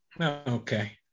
okay